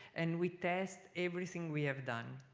and we test everything we have done